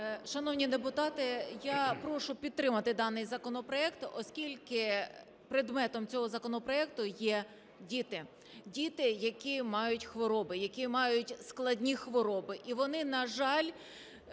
Шановні депутати, я прошу підтримати даний законопроект, оскільки предметом цього законопроекту є діти. Діти, які мають хвороби, які мають складні хвороби, і вони, на жаль,